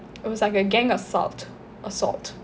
it was like a gang assault assault